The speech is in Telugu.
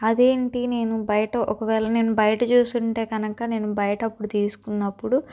అదేంటి నేను బయట ఒకవేళ నేను బయట చూసుంటే కనుక నేను బయట అప్పుడు తీసుకున్నప్పుడు